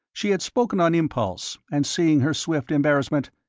she had spoken on impulse, and seeing her swift embarrassment